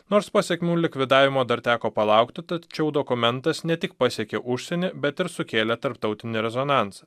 nors pasekmių likvidavimo dar teko palaukti tačiau dokumentas ne tik pasiekė užsienį bet ir sukėlė tarptautinį rezonansą